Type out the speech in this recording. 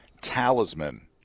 talisman